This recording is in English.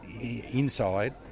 inside